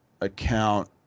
account